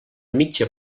mitja